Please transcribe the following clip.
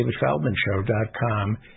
DavidFeldmanShow.com